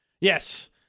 Yes